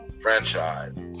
franchise